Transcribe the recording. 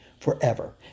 forever